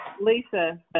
Lisa